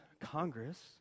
Congress